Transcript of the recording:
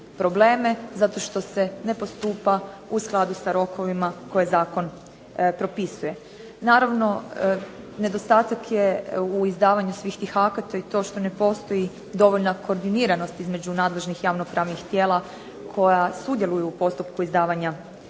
zato što se ne postupa u skladu sa rokovima koje zakon propisuje. Naravno nedostatak je u izdavanju svih tih akata i to što ne postoji dovoljna koordiniranost između nadležnih javno-pravnih tijela koja sudjeluju u postupku izdavanja